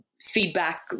feedback